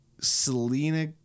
Selena